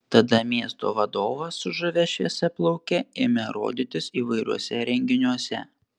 tada miesto vadovas su žavia šviesiaplauke ėmė rodytis įvairiuose renginiuose